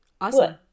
Awesome